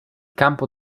campo